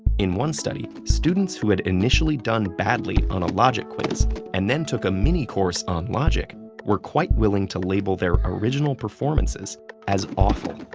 in one study, students who had initially done badly on a logic quiz and then took a mini course on logic were quite willing to label their original performances as awful.